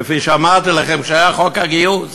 כפי שאמרתי לכם כשהיה חוק הגיוס: